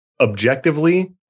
objectively